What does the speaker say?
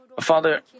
Father